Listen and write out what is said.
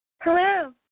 Hello